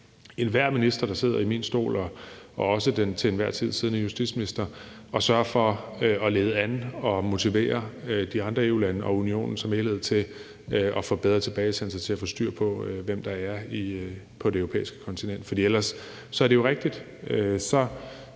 enhver minister, der sidder i min stol, og også den til enhver tid siddende justitsminister at sørge for at lede an og motivere de andre EU-lande og Unionen som helhed til at få bedre tilbagesendelse, til at få styr på, hvem der er på det europæiske kontinent. For ellers, og det er jo rigtigt,